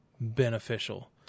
beneficial